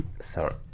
sorry